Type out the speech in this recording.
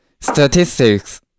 Statistics